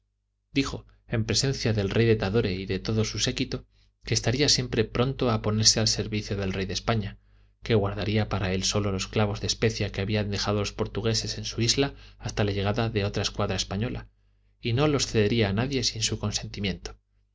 en presencia del rey de tadore y de todo su séquito que estaría siempre pronto a ponerse al servicio del rey de españa que guardaría para él solo los clavos de especia que habían dejado los portugueses en su isla hasta la llegada de otra escuadra española y no los cedería a nadie sin su consentimiento